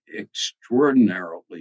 extraordinarily